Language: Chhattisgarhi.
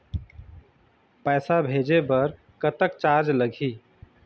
पैसा भेजे बर कतक चार्ज लगही?